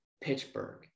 Pittsburgh